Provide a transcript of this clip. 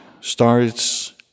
starts